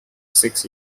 six